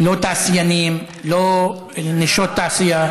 לא תעשיינים, לא נשות תעשייה.